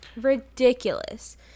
ridiculous